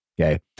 Okay